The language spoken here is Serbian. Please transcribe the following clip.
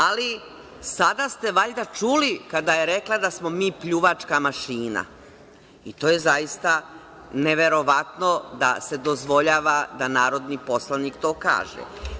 Ali, sada ste valjda čuli kada je rekla da smo mi pljuvačka mašina i to je zaista neverovatno da se dozvoljava da narodni poslanik to kaže.